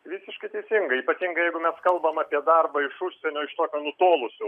visiškai teisingai ypatingai jeigu mes kalbae apie darbą iš užsienio iš to nutolusio